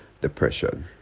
depression